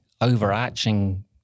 overarching